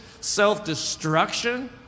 self-destruction